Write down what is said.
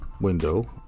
window